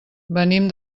venim